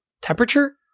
temperature